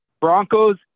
Broncos